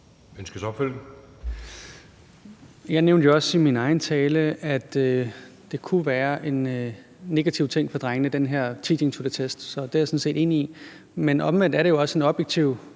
Lund-Nielsen (M): Jeg nævnte også i min egen tale, at det kunne være en negativ ting for drengene med det her teaching to the test, så det er jeg sådan set enig i. Men omvendt er det jo også en objektiv,